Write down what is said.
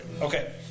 Okay